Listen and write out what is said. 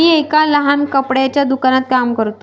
मी एका लहान कपड्याच्या दुकानात काम करतो